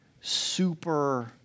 super